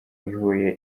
ihuye